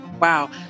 Wow